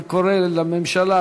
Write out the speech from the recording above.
אני קורא לממשלה,